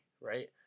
right